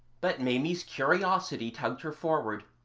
but maimie's curiosity tugged her forward,